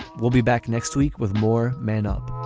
we'll be back next week with more man up